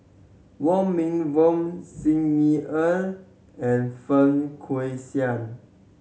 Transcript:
Wong Meng Voon Xi Ni Er and Feng Guixiang